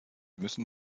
müssen